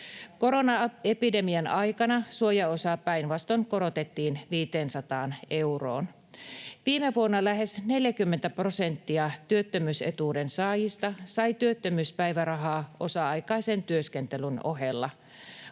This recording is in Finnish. Koronaepidemian aikana suojaosaa päinvastoin korotettiin 500 euroon. Viime vuonna lähes 40 prosenttia työttömyysetuuden saajista sai työttömyyspäivärahaa osa-aikaisen työskentelyn ohella.